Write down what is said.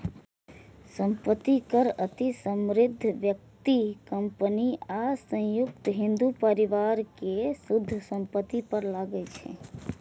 संपत्ति कर अति समृद्ध व्यक्ति, कंपनी आ संयुक्त हिंदू परिवार के शुद्ध संपत्ति पर लागै छै